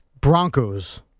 Broncos